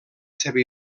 seva